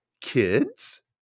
Kids